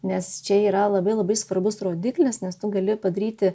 nes čia yra labai labai svarbus rodiklis nes tu gali padaryti